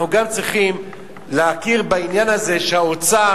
אנחנו גם צריכים להכיר בעניין הזה שהאוצר